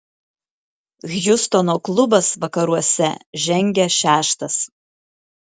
hjustono klubas vakaruose žengia šeštas